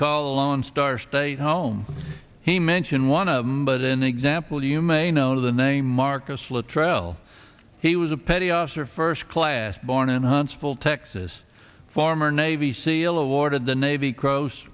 call a lone star state home he mentioned one of them but in the example you may know the name marcus latreille he was a petty officer first class born in huntsville texas former navy seal awarded the navy cross